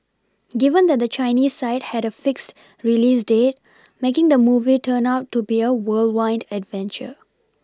given that the Chinese side had a fixed release date making the movie turned out to be a whirlwind adventure